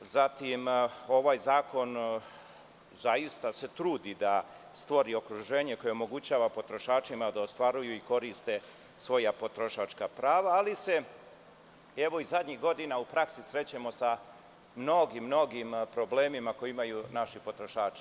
Ovaj zakon zaista se trudi da stvori okruženje koje omogućava potrošačima da ostvaruju i koriste svoja potrošačka prava, ali se zadnjih godina u praksi srećemo sa mnogim, mnogim problemima koje imaju naši potrošači.